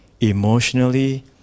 emotionally